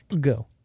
go